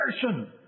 person